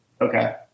Okay